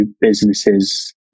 businesses